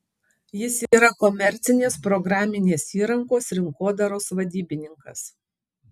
jis yra komercinės programinės įrangos rinkodaros vadybininkas